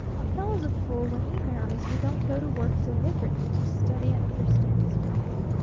a fellow's a fool when he marries who don't go to work deliberately to study and understand his wife.